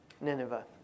Nineveh